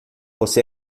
você